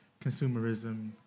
consumerism